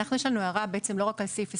יש לנו הערה לא רק על סעיף 21,